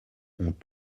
ont